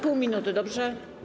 Pół minuty, dobrze?